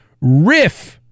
Riff